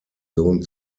sohn